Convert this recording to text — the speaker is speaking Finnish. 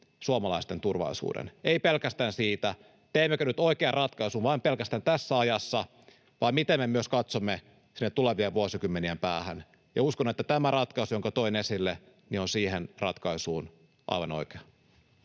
suomalaisten turvallisuuden, ei pelkästään siitä, teemmekö nyt oikean ratkaisun vain pelkästään tässä ajassa, vai miten me myös katsomme sinne tulevien vuosikymmenien päähän, ja uskon, että tämä ratkaisu, jonka toin esille, on siihen ratkaisuksi aivan oikea.